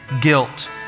guilt